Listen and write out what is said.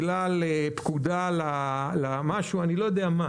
הוא יחשוב שזאת נזילת שמן בגלל פקודה למשהו אני לא יודע למה.